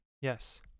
Yes